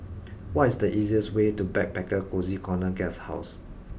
what is the easiest way to Backpacker Cozy Corner Guesthouse